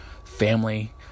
Family